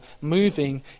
moving